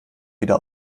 wieder